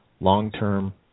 long-term